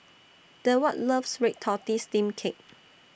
Deward loves Red Tortoise Steamed Cake